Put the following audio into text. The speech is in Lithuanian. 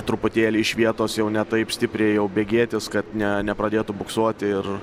truputėlį iš vietos jau ne taip stipriai jau bėgėtis kad ne nepradėtų buksuoti ir